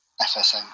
FSM